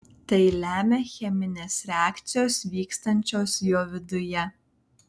tai lemia cheminės reakcijos vykstančios jo viduje